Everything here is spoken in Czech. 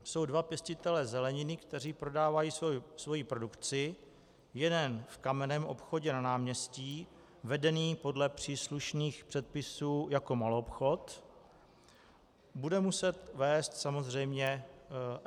Jsou dva pěstitelé zeleniny, kteří prodávají svoji produkci, jeden v kamenném obchodě na náměstí, vedeném podle příslušných předpisů jako maloobchod, bude muset vést samozřejmě EET.